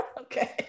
okay